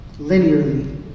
linearly